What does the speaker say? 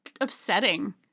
upsetting